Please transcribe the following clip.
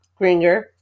Gringer